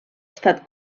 estat